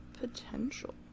potential